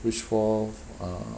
which four err